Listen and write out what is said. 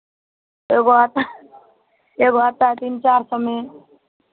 एगो आता है एगो आता है तीन चार सौ में